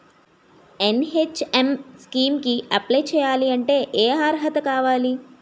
NHM scheme కి apply చేయాలి అంటే ఏ అర్హత కావాలి?